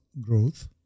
growth